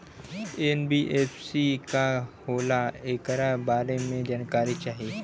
NBFC का होला ऐकरा बारे मे जानकारी चाही?